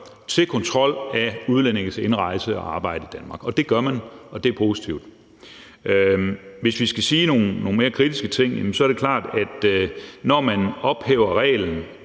til kontrol af udlændinges indrejse og arbejde i Danmark, og det er positivt. Hvis vi skal sige nogle mere kritiske ting, så er det klart, at når man ophæver reglen